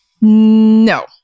No